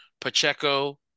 Pacheco